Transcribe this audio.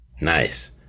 Nice